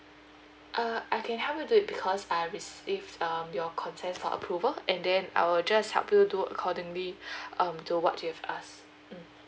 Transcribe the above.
uh I can help you do it because I receive um your consent for approval and then I will just help you do accordingly um towards with us mm